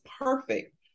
perfect